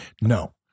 No